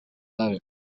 out